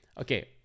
Okay